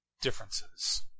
differences